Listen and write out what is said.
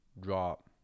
drop